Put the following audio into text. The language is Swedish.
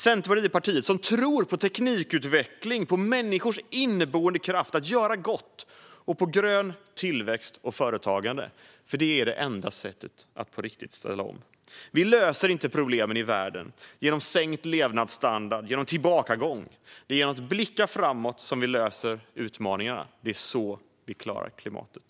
Centerpartiet är det parti som tror på teknikutveckling, på människors inneboende kraft att göra gott och på grön tillväxt och företagande. Det är det enda sättet att på riktigt ställa om. Vi löser inte problemen i världen genom sänkt levnadsstandard och tillbakagång. Det är genom att blicka framåt som vi löser utmaningarna. Det är så vi klarar klimatet.